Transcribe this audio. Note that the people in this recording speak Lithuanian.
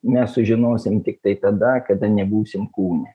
mes sužinosim tiktai tada kada nebūsim kūne